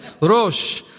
Rosh